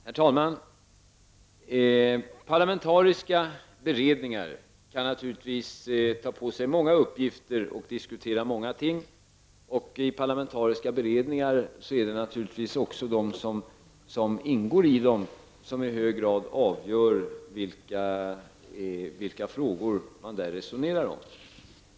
Herr talman! Parlamentariska beredningar kan naturligtvis ta på sig många uppgifter och diskutera många ting. De som ingår i parlamentariska beredningar är naturligtvis de som i hög grad avgör vilka frågor man skall resonera om.